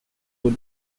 good